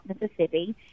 Mississippi